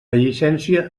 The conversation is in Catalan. llicència